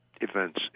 events